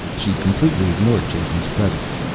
she completely ignored jason's presence.